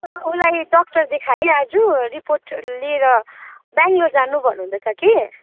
उसलाई डक्टर देखाएँ आज रिपोर्ट लिएर बेङ्गलोर जानु भन्नुहुँदैछ कि